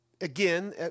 again